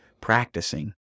practicing